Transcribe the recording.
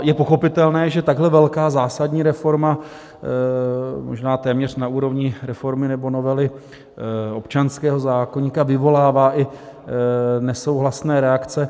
Je pochopitelné, že takhle velká zásadní reforma, možná téměř na úrovni reformy nebo novely občanského zákoníku, vyvolává i nesouhlasné reakce.